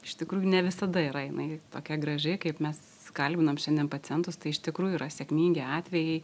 iš tikrųjų ne visada yra jinai tokia graži kaip mes kalbinom šiandien pacientus tai iš tikrųjų yra sėkmingi atvejai